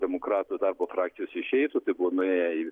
demokratų darbo frakcijos išeitų tai buvo nuėję į